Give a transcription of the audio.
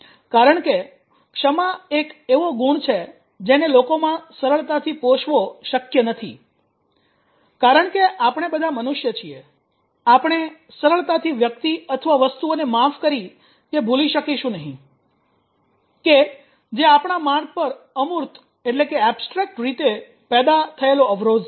કારણ કે ક્ષમા એ એક એવો ગુણ છે જેને લોકોમાં સરળતાથી પોષવો શક્ય નથી કારણ કે આપણે બધા મનુષ્ય છીએ આપણે સરળતાથી વ્યક્તિ અથવા વસ્તુઓને માફ કરી કે ભૂલી શકીશું નહીં કે જે આપણા માર્ગ પર અમૂર્ત રીતે પેદા થયેલો અવરોધ છે